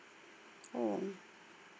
oh